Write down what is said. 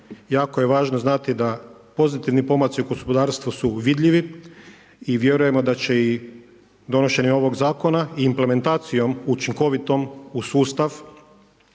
jako je važno znati da pozitivni pomaci u gospodarstvu su vidljivi i vjerujemo da će i donošenje ovog Zakona implementacijom učinkovitom u sustav